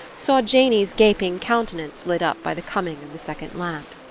saw janey's gaping countenance lit up by the coming of the second lamp.